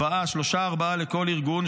שלושה, ארבעה, לכל ארגון.